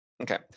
Okay